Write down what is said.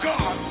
God